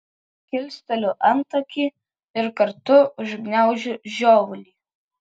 kilsteliu antakį ir kartu užgniaužiu žiovulį